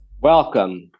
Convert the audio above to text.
Welcome